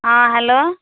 ହଁ ହ୍ୟାଲୋ